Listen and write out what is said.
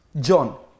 John